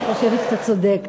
אני חושבת שאתה צודק.